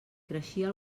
creixia